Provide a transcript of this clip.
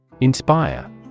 Inspire